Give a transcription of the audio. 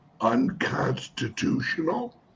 unconstitutional